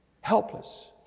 helpless